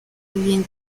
bien